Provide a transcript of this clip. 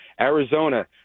Arizona